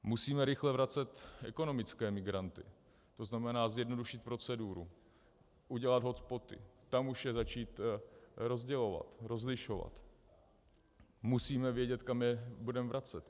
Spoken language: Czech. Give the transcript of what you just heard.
Musíme rychle vracet ekonomické migranty, tzn. zjednodušit proceduru, udělat hotspoty, tam už je začít rozdělovat, rozlišovat, musíme vědět, kam je budeme vracet.